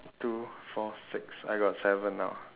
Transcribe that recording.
two four six I got seven now